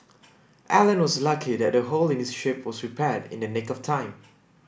Alan was lucky that the hole in his ship was repaired in the nick of time